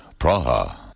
Praha